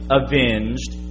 avenged